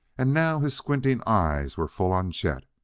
and now his squinting eyes were full on chet.